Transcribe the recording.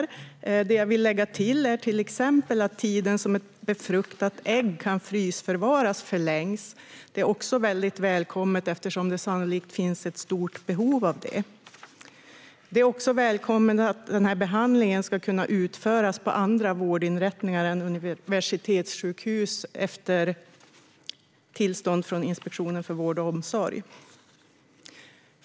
Det jag vill lägga till är till exempel att tiden som ett befruktat ägg kan frysförvaras förlängs. Detta är väldigt välkommet, eftersom det sannolikt finns ett stort behov av det. Det är också välkommet att den här behandlingen ska kunna utföras på andra vårdinrättningar än universitetssjukhus efter att Inspektionen för vård och omsorg gett tillstånd.